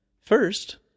First